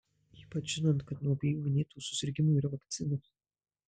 ypač žinant kad nuo abiejų minėtų susirgimų yra vakcinos